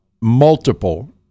multiple